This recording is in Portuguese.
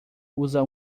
usa